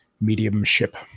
mediumship